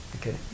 Okay